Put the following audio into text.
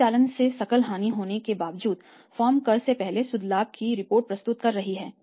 परिचालन से सकल हानि होने के बावजूद फर्म कर से पहले शुद्ध लाभ की रिपोर्ट प्रस्तुत कर रही है